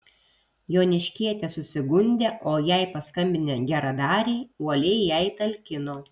joniškietė susigundė o jai paskambinę geradariai uoliai jai talkino